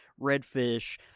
redfish